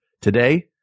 Today